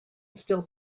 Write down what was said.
still